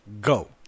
Go